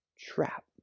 trap